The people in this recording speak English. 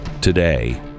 today